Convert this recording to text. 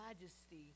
majesty